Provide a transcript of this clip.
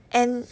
and